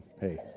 hey